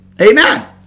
Amen